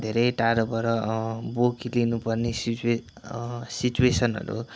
धेरै टाढोबाट बोकिलिनुपर्ने सिच्वे सिच्वेसनहरू